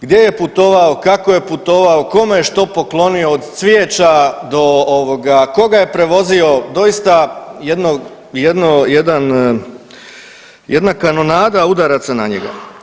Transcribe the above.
Gdje je putovao, kako je putovao, kome je što poklonio od cvijeća do ovoga koga je prevozio, doista jedno, jedan, jedna kanonada udaraca na njega.